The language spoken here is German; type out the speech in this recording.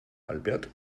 albert